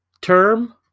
term